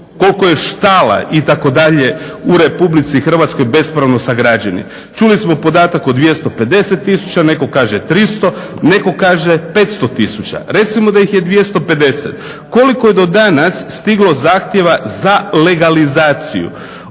Koliko je štala itd. u Republici Hrvatskoj bespravno sagrađenih. Čuli smo podatak od 250 tisuća, netko kaže 300, netko kaže 500 tisuća, recimo da ih je 250. Koliko je do danas stiglo zahtjeva za legalizaciju